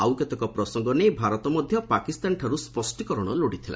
ଆଉ କେତେକ ପ୍ରସଙ୍ଗ ନେଇ ଭାରତ ମଧ୍ୟ ପାକିସ୍ତାନଠାରୁ ସ୍ୱଷ୍ଟୀକରଣ ଲୋଡ଼ିଥିଲା